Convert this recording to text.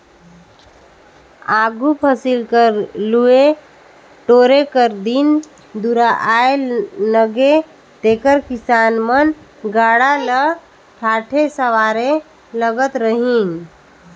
आघु फसिल कर लुए टोरे कर दिन दुरा आए नगे तेकर किसान मन गाड़ा ल ठाठे सवारे लगत रहिन